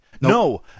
No